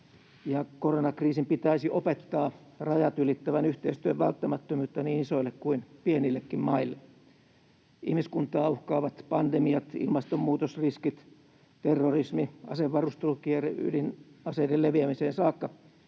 koronakriisin pitäisi opettaa rajat ylittävän yhteistyön välttämättömyyttä niin isoille kuin pienillekin maille. Ihmiskuntaa uhkaavat pandemiat, ilmastonmuutosriskit, terrorismi, asevarustelukierre ydinaseiden leviämiseen saakka